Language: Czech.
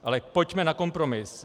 Ale pojďme na kompromis.